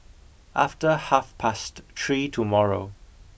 after half past three tomorrow